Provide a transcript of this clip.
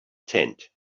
tent